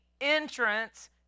entrance